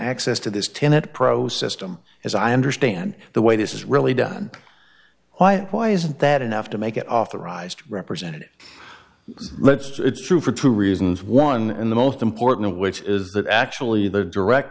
access to this tenet pro system as i understand the way this is really done why isn't that enough to make it authorised represented let's just it's true for two reasons one and the most important of which is that actually the direct